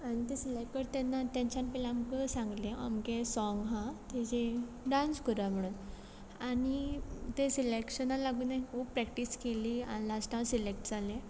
आनी ते सिलेक्ट करता तेन्ना तेंच्यांनी पयलीं आमकां सांगलें अमकें साँग आहा तेजें डान्स करा म्हणोन आनी त्या सिलेक्शना लागोन हांयें खूब प्रॅक्टीस केली आनी लास्ट हांव सिलेक्ट जालें